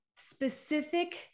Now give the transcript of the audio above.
specific